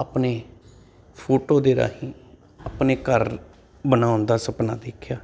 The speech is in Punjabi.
ਆਪਣੇ ਫੋਟੋ ਦੇ ਰਾਹੀਂ ਆਪਣੇ ਘਰ ਬਣਾਉਣ ਦਾ ਸੁਪਨਾ ਦੇਖਿਆ